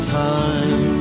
time